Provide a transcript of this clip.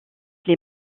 les